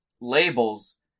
labels